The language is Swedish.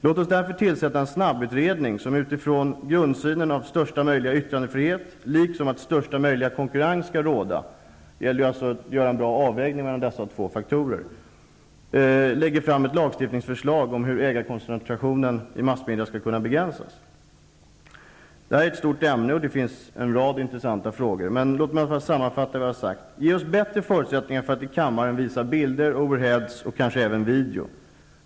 Låt oss därför tillsätta en snabbutredning, som skulle arbeta utifrån grundsynen att största möjliga yttrandefrihet liksom största möjliga konkurrens skall råda -- det gäller att göra en avvägning mellan dessa båda faktorer. Utredningen skulle lägga fram ett lagförslag om hur ägarkoncentrationen skall kunna begränsas. Detta är ett stort ämne, och det finns en rad intressanta frågor. Låt mig sammanfatta vad jag har sagt. Ge oss bättre förutsättningar för att i kammaren visa bilder, overhead-bilder och kanske även video.